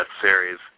series